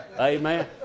Amen